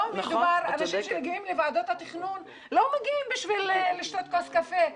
אנשים שמגיעים לוועדות התכנון לא מגיעים בשביל לשתות כוס קפה,